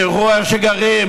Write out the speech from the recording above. תראו איך גרים,